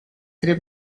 tre